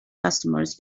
customers